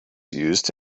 used